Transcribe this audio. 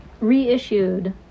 reissued